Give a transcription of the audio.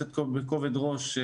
לחשוב עליה בכובד ראש,